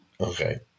Okay